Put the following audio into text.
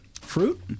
Fruit